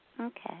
Okay